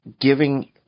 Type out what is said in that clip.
giving